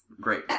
Great